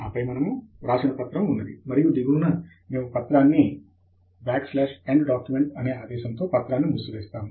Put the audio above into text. ఆపై మనము వ్రాసిన ప్రతము ఉన్నది మరియు దిగువన మేము పత్రాన్ని enddocument అనే ఆదేశము తో పత్రాన్ని మూసివేస్తాము